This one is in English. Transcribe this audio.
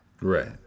Right